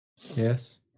Yes